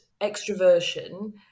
extroversion